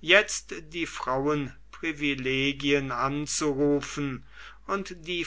jetzt die frauenprivilegien anzurufen und die